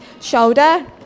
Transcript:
shoulder